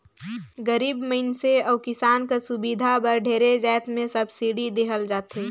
गरीब मइनसे अउ किसान कर सुबिधा बर ढेरे जाएत में सब्सिडी देहल जाथे